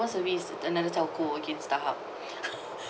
service another telco okay starhub